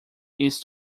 east